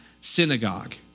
synagogue